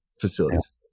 facilities